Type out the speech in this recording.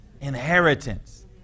Inheritance